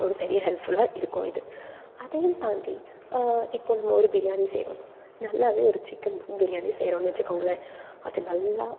ஒரு பெரிய ஹெல்ப்ஃபுல்லாக இருக்கும் இது அதையும் தாண்டி இப்போ நம்ம ஒரு பிரியாணி செய்கிறோம் நல்லாவே ஒரு சிக்கன் தம் பிரியாணி செய்கிறோன்னு வச்சுக்கோங்களேன் அது நல்லா